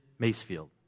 Macefield